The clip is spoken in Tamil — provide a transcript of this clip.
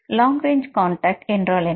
லாங் ரேஞ்ச் கண்டாக்ட் என்றால் என்ன